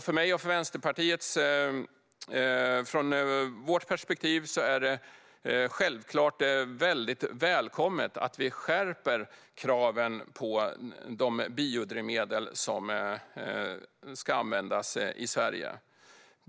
Från mitt och Vänsterpartiets perspektiv är det självklart väldigt välkommet att vi skärper kraven på de biodrivmedel som ska användas i Sverige.